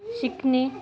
शिकणे